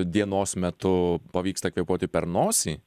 dienos metu pavyksta kvėpuoti per nosį